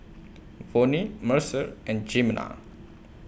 Vonnie Mercer and Jimena